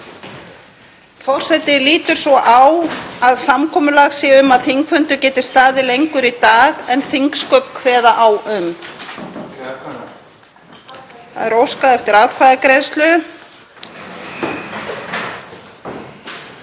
Það er óskað eftir atkvæðagreiðslu